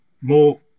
more